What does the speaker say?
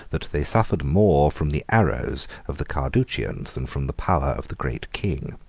that they suffered more from the arrows of the carduchians, than from the power of the great king.